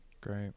Great